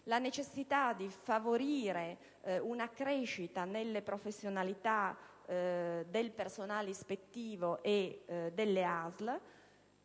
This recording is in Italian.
la necessità di favorire una crescita nelle professionalità del personale ispettivo e delle ASL;